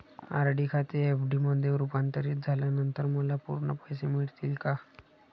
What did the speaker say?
RD खाते FD मध्ये रुपांतरित झाल्यानंतर मला पूर्ण पैसे मिळतील का?